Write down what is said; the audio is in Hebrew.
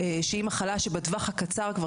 שהיא מחלה שבטווח הקצר כבר,